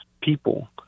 people